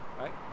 right